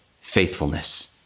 faithfulness